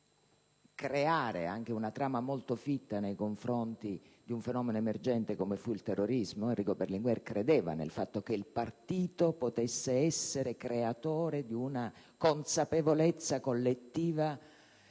di creare una trama molto fitta nei confronti di un fenomeno emergente come il terrorismo. Enrico Berlinguer credeva che il partito potesse essere creatore di una consapevolezza e di